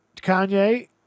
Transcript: Kanye